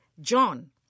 John